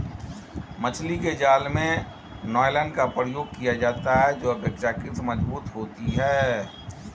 मछली के जाल में नायलॉन का प्रयोग किया जाता है जो अपेक्षाकृत मजबूत होती है